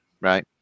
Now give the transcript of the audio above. Right